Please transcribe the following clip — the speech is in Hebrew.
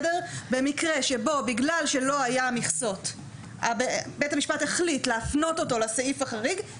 במקרה שבו בגלל שלא היה מכסות בית המשפט החליט להפנות אותו לסעיף החריג,